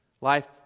Life